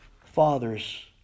father's